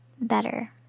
better